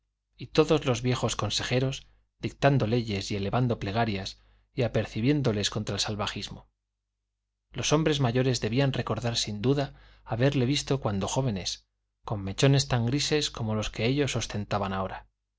y todos los viejos consejeros dictando leyes y elevando plegarias y apercibiéndoles contra el salvajismo los hombres mayores debían recordar sin duda haberle visto cuando jóvenes con mechones tan grises como los que ellos ostentaban ahora